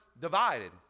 divided